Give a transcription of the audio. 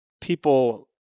people